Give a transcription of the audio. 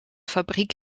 fabriek